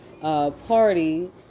party